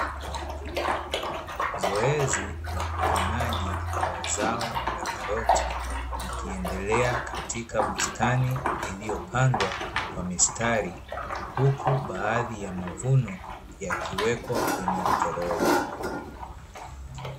Zoezi la uvunaji wa zao la karoti likiendelea katika bustani iliyopandwa kwa mistari, huku baadhi ya mavuno yakiwekwa kwenye toroli.